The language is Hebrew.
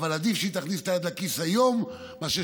אבל עדיף שהיא תכניס את היד לכיס היום מאשר